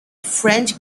french